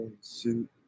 suit